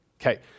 Okay